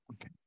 Okay